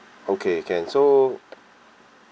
okay can so